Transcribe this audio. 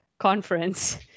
Conference